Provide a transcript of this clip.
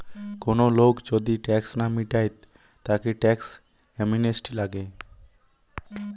কোন লোক যদি ট্যাক্স না মিটায় তাকে ট্যাক্স অ্যামনেস্টি লাগে